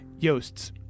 Yosts